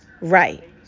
Right